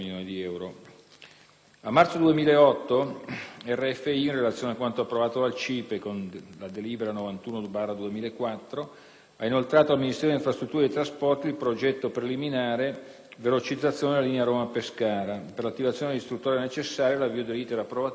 A marzo 2008, RFI spa, in relazione a quanto approvato dal CIPE con delibera n. 91 del 2004, ha inoltrato al Ministero delle infrastrutture e dei trasporti il progetto preliminare «Velocizzazione della linea Roma-Pescara», per l'attivazione dell'istruttoria necessaria all'avvio dell'*iter* approvativo da parte del CIPE.